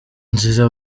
nzira